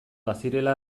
bazirela